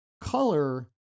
Color